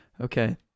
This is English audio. Okay